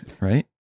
right